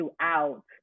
throughout